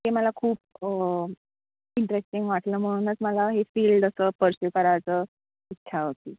ते मला खूप इंटरेस्टिंग वाटलं म्हणूनच मला हे फील्ड असं पर्स्यू करायचं इच्छा होती